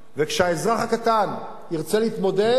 וכשהאזרח הקטן ירצה להתמודד,